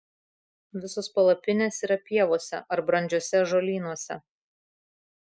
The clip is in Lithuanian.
visos palapinės yra pievose ar brandžiuose ąžuolynuose